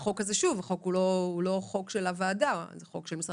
החוק הזה הוא לא חוק של הוועדה אלא חוק של משרד